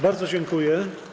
Bardzo dziękuję.